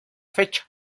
fecha